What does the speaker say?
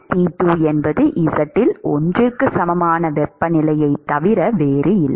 T2 என்பது z இல் 1 க்கு சமமான வெப்பநிலையைத் தவிர வேறில்லை